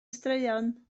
straeon